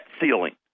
ceiling